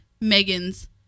megan's